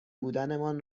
بودنمان